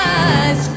eyes